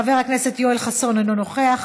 חבר הכנסת יואל חסון, אינו נוכח.